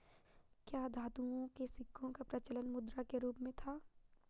क्या धातुओं के सिक्कों का प्रचलन मुद्रा के रूप में था?